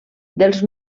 dels